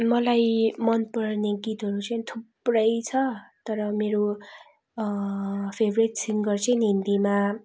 मलाई मन पर्ने गीतहरू चाहिँ थुप्रै छ तर मेरो फेभ्रेट सिङ्गर चाहिँ हिन्दीमा